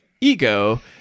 ego